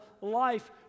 life